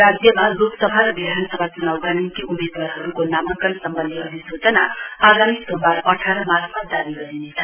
राज्यमा लोकसभा र विधानसभा चुनावका निम्ति उम्मेदवारहरुको नामाङ्कन सम्वन्धी अधिसुचना आगामी सोमवार अठार मार्चमा जारी गरिनेछ